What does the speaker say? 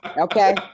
Okay